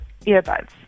earbuds